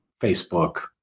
Facebook